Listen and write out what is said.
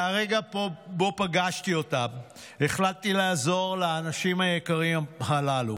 מהרגע שפגשתי אותם החלטתי לעזור לאנשים היקרים הללו.